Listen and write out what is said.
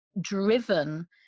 driven